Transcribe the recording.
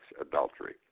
adultery